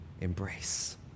embrace